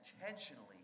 intentionally